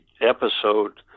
episode